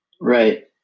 Right